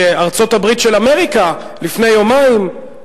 אני אפילו ראיתי שארצות-הברית של אמריקה לפני יומיים,